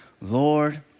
Lord